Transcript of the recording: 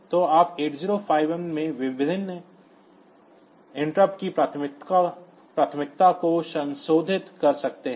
तो आप 8051 में विभिन्न व्यवधानों की प्राथमिकताओं को संशोधित कर सकते हैं